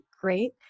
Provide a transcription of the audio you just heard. great